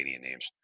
names